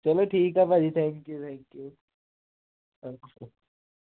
ਚਲੋ ਠੀਕ ਆ ਭਾਅ ਜੀ ਥੈਂਕਯੂ ਥੈਂਕਯੂ